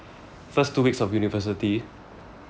first two weeks of university